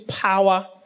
power